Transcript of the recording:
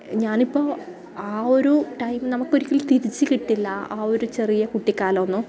ഞാൻ ഇപ്പോൾ ആ ഒരു ടൈം നമുക്ക് ഒരിക്കലും തിരിച്ച് കിട്ടില്ല ആ ഒരു ചെറിയ കുട്ടിക്കാലം ഒന്നും